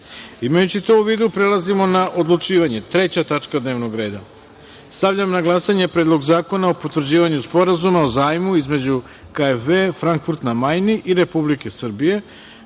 to u vidu, prelazimo na odlučivanje. Treća tačka dnevnog reda. Stavljam na glasanje Predlog zakona o potvrđivanju Sporazuma o zajmu između KFW, Frankfurt na Majni i Republike Srbije